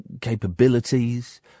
capabilities